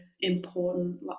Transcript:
important